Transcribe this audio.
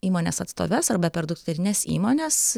įmonės atstoves arba per dukterines įmones